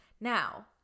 Now